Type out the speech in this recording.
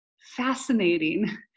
fascinating